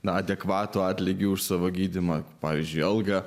na adekvatų atlygį už savo gydymą pavyzdžiui algą